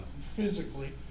physically